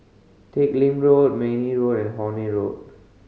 Teck Lim Road Mayne Road and Horne Road